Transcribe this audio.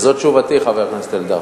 זאת תשובתי, חבר הכנסת אלדד.